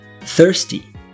Thirsty